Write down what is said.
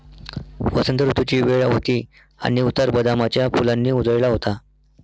वसंत ऋतूची वेळ होती आणि उतार बदामाच्या फुलांनी उजळला होता